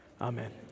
Amen